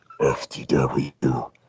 FTW